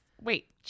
Wait